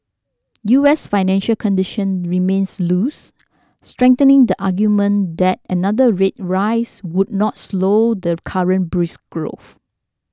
U S financial condition remains loose strengthening the argument that another rate rise would not slow the current brisk growth